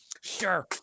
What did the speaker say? sure